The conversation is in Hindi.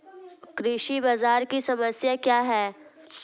कृषि बाजार की समस्या क्या है?